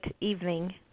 evening